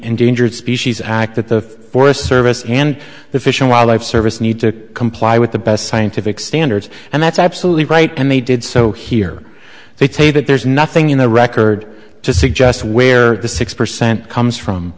endangered species act that the forest service and the fish and wildlife service need to comply with the best scientific standards and that's absolutely right and they did so here they say that there's nothing in the record to suggest where the six percent comes from